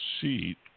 seat